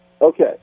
okay